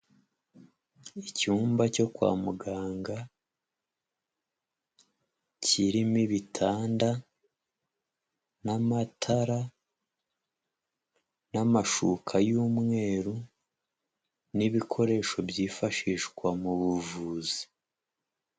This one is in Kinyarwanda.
Icyumba cyo kwa muganga, kirimo ibitanda n'amatara n'amashuka y'umweru n'ibikoresho byifashishwa mu buvuzi.